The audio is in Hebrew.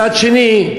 מצד שני,